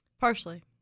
partially